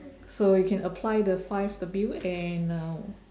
so you can apply the five W and uh